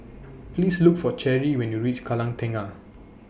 Please Look For Cherie when YOU REACH Kallang Tengah